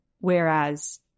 Whereas